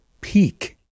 peak